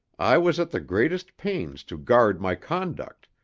i was at the greatest pains to guard my conduct,